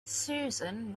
susan